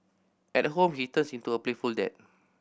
at home he turns into a playful dad